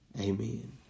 Amen